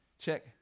Check